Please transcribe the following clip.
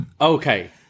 Okay